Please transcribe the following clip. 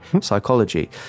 psychology